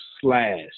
slash